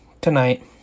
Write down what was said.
tonight